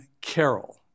CAROL